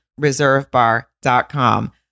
ReserveBar.com